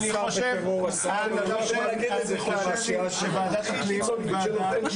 תודה רבה כבוד היושב-ראש ותודה רבה להיענות המהירה לבקשתי.